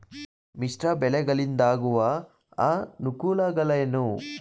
ಮಿಶ್ರ ಬೆಳೆಗಳಿಂದಾಗುವ ಅನುಕೂಲಗಳೇನು?